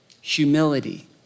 Humility